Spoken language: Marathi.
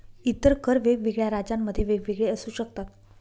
इतर कर वेगवेगळ्या राज्यांमध्ये वेगवेगळे असू शकतात